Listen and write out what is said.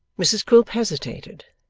mrs quilp hesitated,